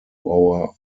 our